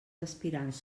aspirants